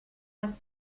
das